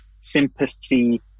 sympathy